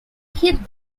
hit